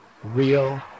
real